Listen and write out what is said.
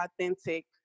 authentic